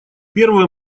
первый